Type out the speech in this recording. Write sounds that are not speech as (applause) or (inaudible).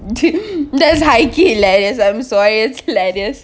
(laughs) that's high key lah I'm sorry it's like this